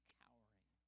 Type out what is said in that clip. cowering